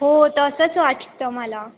हो तसंच वाटतं मला